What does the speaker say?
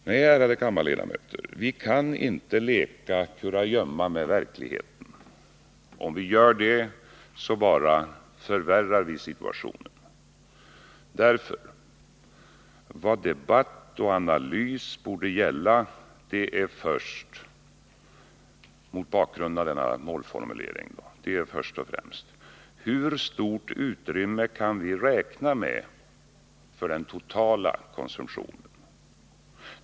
Nej, ärade kammarledamöter, vi kan inte leka kurragömma med verkligheten. Om vi gör det, så bara förvärrar vi situationen. Vad debatt och analys mot bakgrunden av denna målformulering därför först och främst borde gälla är hur stort utrymme vi kan räkna med för den totala konsumtionen.